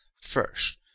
first